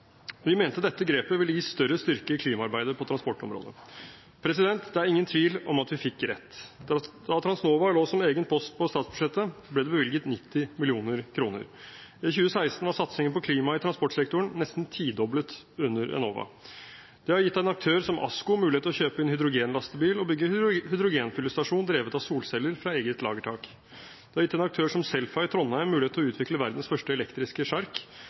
Vi mente dette grepet ville gi større styrke i klimaarbeidet på transportområdet. Det er ingen tvil om at vi fikk rett. Da Transnova lå som egen post på statsbudsjettet, ble det bevilget 90 mill. kr. I 2016 var satsingen på klima i transportsektoren nesten tidoblet under Enova. Det har gitt en aktør som Asko mulighet til å kjøpe inn hydrogenlastebil og bygge hydrogenfyllestasjon drevet av solceller fra eget lagertak. Det har gitt en aktør som Selfa i Trondheim mulighet til å utvikle verdens første elektriske sjark,